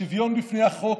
שוויון בפני החוק,